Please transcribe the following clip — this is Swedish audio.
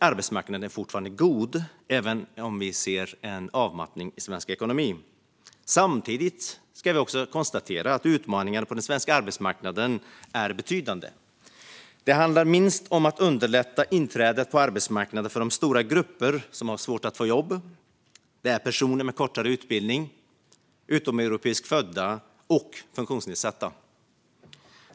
Arbetsmarknaden är fortfarande god, även om vi ser en avmattning i svensk ekonomi. Samtidigt kan vi konstatera att utmaningarna på den svenska arbetsmarknaden är betydande. Det handlar inte minst om att underlätta inträdet på arbetsmarknaden för de stora grupper som har svårt att få jobb. Det är personer med kortare utbildning, utomeuropeiskt födda och funktionsnedsatta.